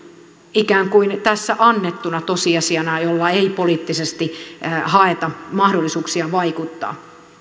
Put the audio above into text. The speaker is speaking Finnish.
ikään kuin tässä annettuna tosiasiana jolla ei poliittisesti haeta mahdollisuuksia vaikuttaa